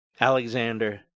Alexander